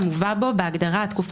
(תיקון),